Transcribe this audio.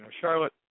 Charlotte